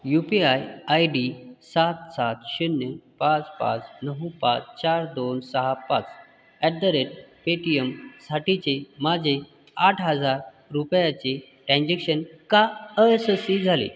you P I I D सात सात शून्य पाच पाच नऊ पाच चार दोन सहा पाच अॅट द रेट पेटीयमसाठीचे माझे आठ हजार रुपयाचे टॅन्जेक्शन का अयशस्वी झाले